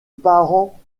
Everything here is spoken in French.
parent